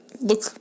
look –